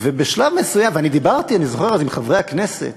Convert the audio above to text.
ואני דיברתי, אני זוכר שדיברתי אז עם חברי הכנסת